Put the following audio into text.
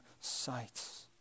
sights